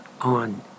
on